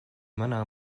manā